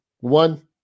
one